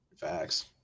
facts